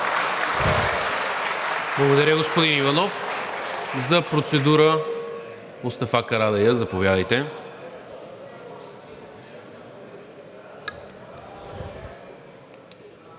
Благодаря, господин Иванов. За процедура – Мустафа Карадайъ, заповядайте.